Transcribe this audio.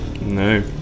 No